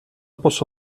posso